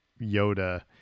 Yoda